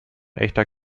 echter